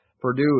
Purdue